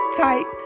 type